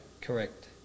correct